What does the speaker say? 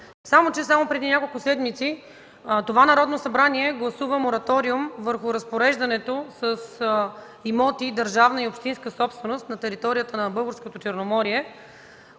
само че само преди няколко седмици това Народно събрание гласува мораториум върху разпореждането с имоти – държавна и общинска собственост, на територията на Българското Черноморие,